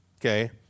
okay